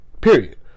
period